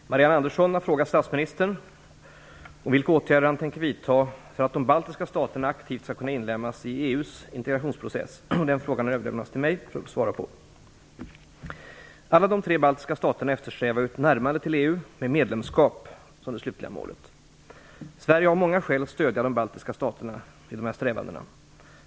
Fru talman! Marianne Andersson har frågat statsministern om vilka åtgärder han tänker vidta för att de baltiska staterna aktivt skall kunna inlemmas i EU:s integrationsprocess. Frågan har överlämnats till mig för besvarande. Alla de tre baltiska staterna eftersträvar ett närmande till EU, med medlemskap som det slutliga målet. Sverige har många skäl att stödja de baltiska staterna i dessa strävanden.